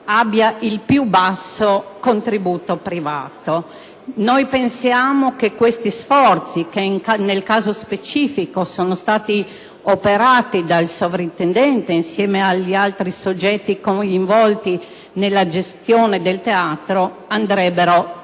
abbia il più basso contributo privato. Riteniamo che tali sforzi, nel caso specifico operati dal sovrintendente insieme agli altri soggetti coinvolti nella gestione del teatro, andrebbero premiati.